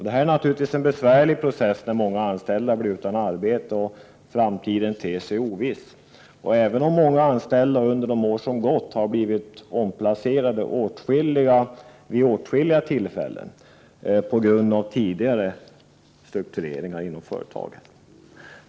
Detta är naturligtvis en besvärlig process, när många anställda blir utan arbete och framtiden ter sig oviss, även om många anställda under de år som gått har blivit omplacerade vid åtskilliga tillfällen på grund av tidigare struktureringar inom företaget.